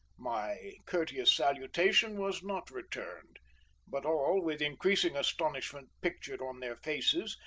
my courteous salutation was not returned but all, all, with increasing astonishment pictured on their faces,